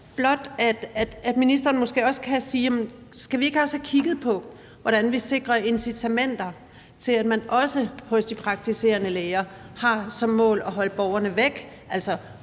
for, at ministeren måske også kan sige, om vi ikke også skal have kigget på, hvordan vi sikrer incitamenter til, at man også hos de praktiserende læger har som mål at holde borgerne væk,